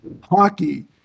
hockey